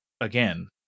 again